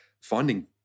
Finding